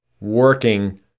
working